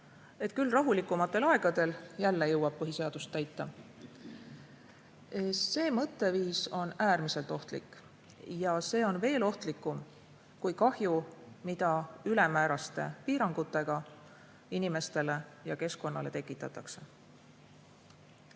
Küll rahulikumatel aegadel jälle jõuab. See mõtteviis on äärmiselt ohtlik. See on veel ohtlikum kui kahju, mida ülemääraste piirangutega inimestele ja keskkonnale tekitatakse.